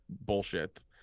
bullshit